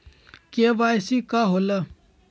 KYC का होला?